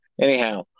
Anyhow